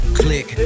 click